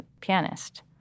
pianist